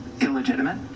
illegitimate